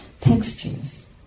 textures